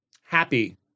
happy